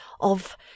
of